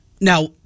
Now